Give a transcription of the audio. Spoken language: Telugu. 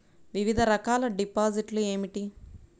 వివిధ రకాల డిపాజిట్లు ఏమిటీ?